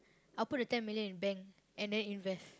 I'll put the ten million in bank and then invest